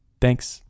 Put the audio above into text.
Thanks